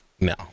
no